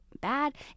bad